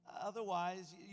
Otherwise